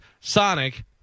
Sonic